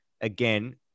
again